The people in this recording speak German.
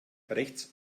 rechts